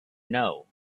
know